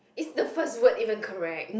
is the first word even correct